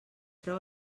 treu